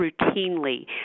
routinely